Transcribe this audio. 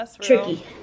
tricky